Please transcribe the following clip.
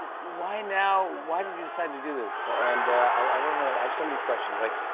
why now? why did you decide to do this? and i want to know i have so many questions. like,